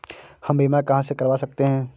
हम बीमा कहां से करवा सकते हैं?